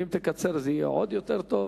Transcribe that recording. ואם תקצר, זה יהיה עוד יותר טוב.